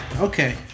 Okay